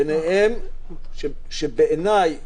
בעיניי.